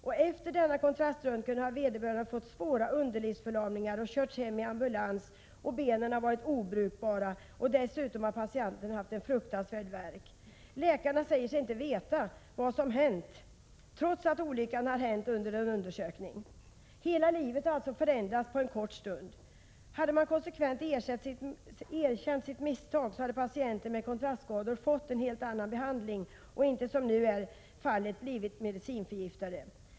Det har hänt att patienten efter kontraströntgen fått svåra underlivsförlamningar och körts hem i ambulans då benen varit obrukbara. Dessutom har patienten haft en fruktansvärd värk. Läkarna säger sig inte veta vad som hänt, trots att olyckan hänt under en undersökning. Hela livet har alltså förändrats på en kort stund. Hade man konsekvent erkänt sitt misstag, hade patienter med kontrastskador fått en helt annan behandling och inte som nu är fallet blivit medicinförgiftade.